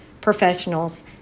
professionals